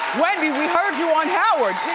wendy, we heard you on howard,